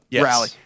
rally